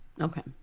Okay